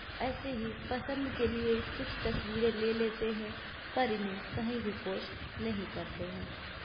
ऐसे ही पसंद के लिए कुछ तस्वीरें ले लेते हैं पर इन्हें कहीं भी पोष्ट नहीं करते हैं